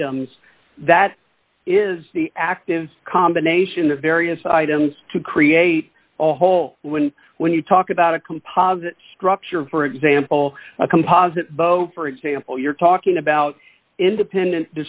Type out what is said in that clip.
items that is the active combination the various items to create a whole when when you talk about a composite structure for example a composite boat for example you're talking about independent